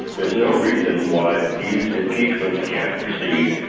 there's no reason why these impeachment can't proceed.